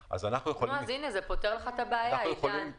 זה טוב מאוד שבכניסה למקומות סגורים ובכניסה לתחנות ימדדו.